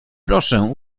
proszę